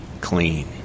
clean